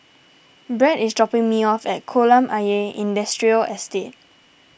Brad is dropping me off at Kolam Ayer Industrial Estate